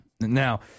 Now